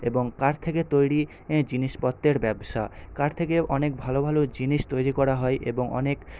এবং কাঠ থেকে তৈরি জিনিসপত্রের ব্যবসা কাঠ থেকে অনেক ভালো ভালো জিনিস তৈরি করা হয় এবং অনেক